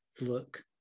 look